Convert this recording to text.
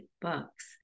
books